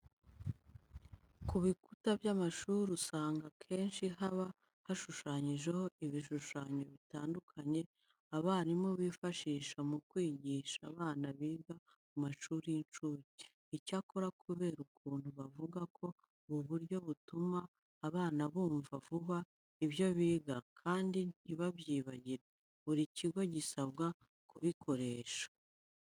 Ku bikuta by'amashuri usanga akenshi haba hashushanyijeho ibishushanyo bitandukanye abarimu bifashisha mu kwigisha bana biga mu mashuri y'incuke. Icyakora kubera ukuntu bavuga ko ubu buryo butuma abana bumva vuba ibyo biga kandi ntibabyibagirwe, buri kigo gisabwa kubukoresha.